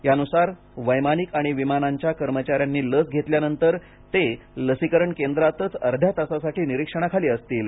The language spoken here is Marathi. यानुसार वैमानिक आणि विमानांच्या कर्मचाऱ्यांनी लस घेतल्यानंतर ते लसीकरण केंद्रातच अध्यातासाठी निरीक्षणाखाली असतील